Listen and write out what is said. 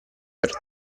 per